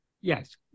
Yes